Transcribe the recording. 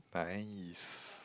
nice